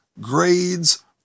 grades